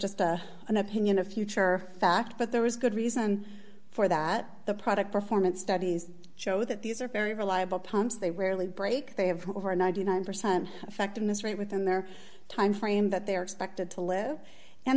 just an opinion of future fact but there is good reason for that the product performance studies show that these are very reliable pumps they rarely break they have over ninety nine percent effectiveness rate within their timeframe that they are expected to live and